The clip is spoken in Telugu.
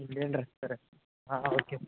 Indian restaurant ah ah okay